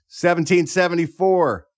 1774